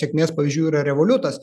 sėkmės pavyzdžių yra revoliutas